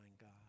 God